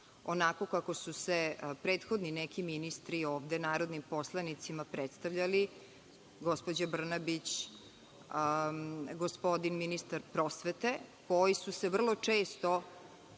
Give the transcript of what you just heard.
onako kako su se prethodni neki ministri narodnim poslanicima predstavljali, gospođa Brnabić, gospodin ministar prosvete, koji su se vrlo često